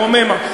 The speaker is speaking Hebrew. ברוממה,